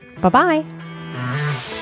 Bye-bye